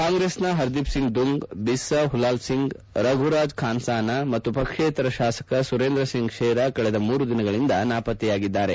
ಕಾಂಗ್ರೆಸ್ನ ಹರ್ದೀಪ್ ಸಿಂಗ್ ದುಂಗ್ ಬಿಸ್ಸಾ ಹುಲಾಲ್ಸಿಂಗ್ ರಘುರಾಜ್ ಖಾನ್ತಾನ ಮತ್ತು ಪಕ್ಷೇತರ ಶಾಸಕ ಸುರೇಂದ್ರ ಸಿಂಗ್ ಷೇರಾ ಕಳೆದ ಮೂರು ದಿನಗಳಿಂದ ನಾಪತ್ತೆಯಾಗಿದ್ದಾರೆ